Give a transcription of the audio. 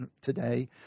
today